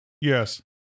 Yes